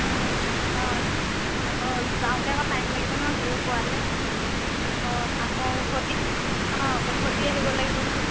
অঁ অঁ আকৌ যাওঁতে আকৌ টাইম লাগিব নহয় গৈ পোৱালৈ আকৌ আকৌ উভতি অঁ উভতি আহিব লাগিব নহয়